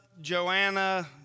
Joanna